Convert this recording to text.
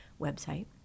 website